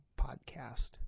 podcast